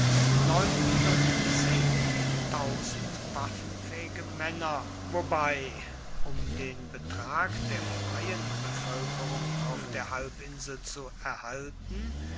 waffenfähige männer wobei um den betrag der freien bevölkerung auf der halbinsel zu erhalten